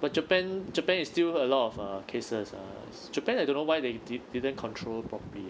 but japan japan is still a lot of uh cases uh japan I don't know why they didn't didn't control properly